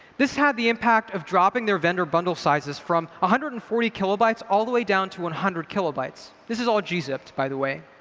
this had the impact of dropping their vendor bundle sizes from one ah hundred and forty kilobytes all the way down to one hundred kilobytes. this is all gzipped, by the way.